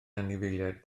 anifeiliaid